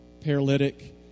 paralytic